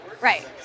right